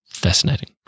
Fascinating